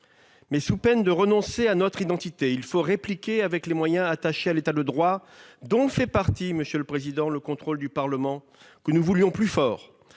Mais, sous peine de renoncer à notre identité, il faut répliquer avec les moyens attachés à l'État de droit, dont fait partie, monsieur le président, le contrôle du Parlement, que nous voulions plus fort,